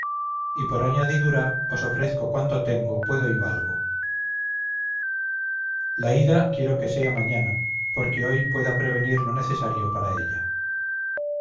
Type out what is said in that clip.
y por añadidura os ofrezco cuanto tengo puedo y valgo la ida quiero que sea mañana porque hoy pueda prevenir lo necesario para ella